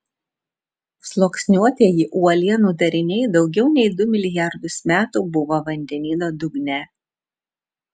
sluoksniuotieji uolienų dariniai daugiau nei du milijardus metų buvo vandenyno dugne